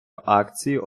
акцією